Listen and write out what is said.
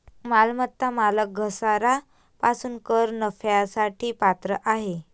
मालमत्ता मालक घसारा पासून कर नफ्यासाठी पात्र आहे